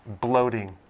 bloating